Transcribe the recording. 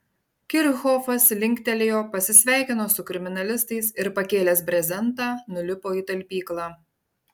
kirchhofas linktelėjo pasisveikino su kriminalistais ir pakėlęs brezentą nulipo į talpyklą